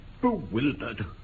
bewildered